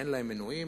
אין להן מנויים,